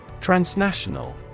Transnational